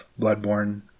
bloodborne